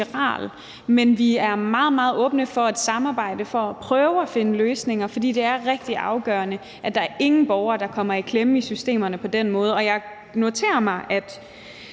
er meget, meget åbne for at samarbejde om at prøve at finde løsninger, for det er rigtig afgørende, at der ingen borgere er, der kommer i klemme i systemerne på den måde – og jeg noterer mig, at